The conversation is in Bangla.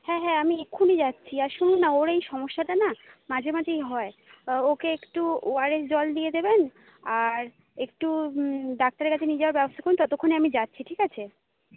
হ্যাঁ হ্যাঁ আমি এক্ষুনি যাচ্ছি আসলে না ওর এই সমস্যাটা না মাঝে মাঝেই হয় ওকে একটু ওআরএস জল দিয়ে দেবেন আর একটু ডাক্তারের কাছে নিয়ে যাওয়ার ব্যবস্থা করুন ততক্ষণে আমি যাচ্ছি ঠিক আছে